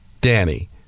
Danny